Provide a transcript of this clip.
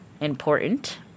important